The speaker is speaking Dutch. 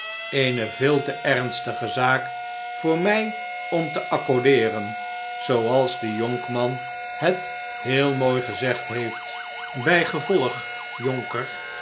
eene veel te ernstige zaak voor mij om te accordeeren zooals die jonkman het heel mooi gezegd heeft bijgevolg jonker